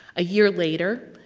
a year later,